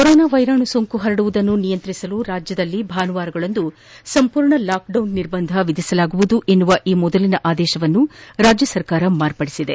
corona ವೈರಾಣು ಸೋಂಕು ಹರಡುವುದನ್ನು ನಿಯಂತ್ರಿಸಲು ರಾಜ್ಯದಲ್ಲಿ ಭಾನುವಾರಗಳಂದು ಸಂಪೂರ್ಣ ಲಾಕ್ ಡೌನ್ ನಿರ್ಬಂಧ ವಿಧಿಸಲಾಗುವುದು ಎನ್ನುವ ಈ ಮೊದಲಿನ ಆದೇತವನ್ನು ರಾಜ್ಯ ಸರ್ಕಾರ ಮಾರ್ಪಡಿಸಿದೆ